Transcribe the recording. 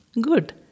Good